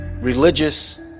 religious